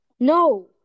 No